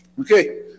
Okay